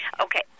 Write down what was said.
Okay